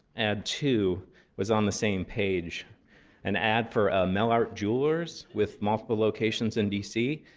ad two was on the same page an ad for ah melart jewelers with multiple locations in dc,